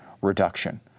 reduction